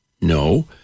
no